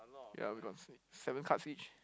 ya we got six seven cards each